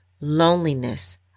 loneliness